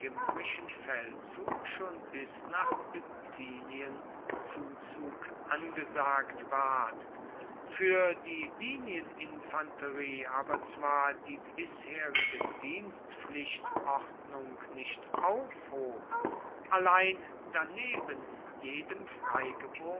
feldzug schon bis nach bithynien zuzug angesagt ward für die linieninfanterie aber zwar die bisherige dienstpflichtordnung nicht aufhob allein daneben jedem